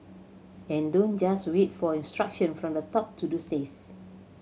and don't just wait for instruction from the top to do this